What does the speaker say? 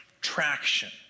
traction